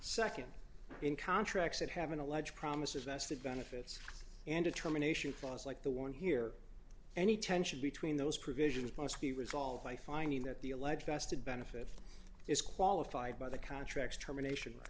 second in contracts that have been alleged promises vested benefits and determination flaws like the one here any tension between those provisions must be resolved by finding that the alleged vested benefit is qualified by the contract termination